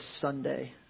Sunday